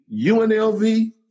UNLV